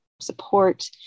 support